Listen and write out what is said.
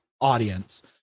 audience